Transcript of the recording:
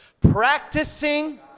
practicing